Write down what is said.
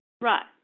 Right